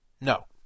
No